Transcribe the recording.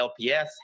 LPS